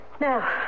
now